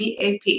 BAP